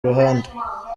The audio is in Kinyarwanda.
ruhande